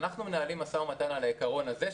אנחנו מנהלים משא-ומתן על העיקרון הזה,